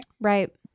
Right